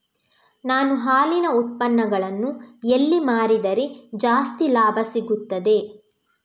ನಾನು ಹಾಲಿನ ಉತ್ಪನ್ನಗಳನ್ನು ಎಲ್ಲಿ ಮಾರಿದರೆ ಜಾಸ್ತಿ ಲಾಭ ಸಿಗುತ್ತದೆ?